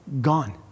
gone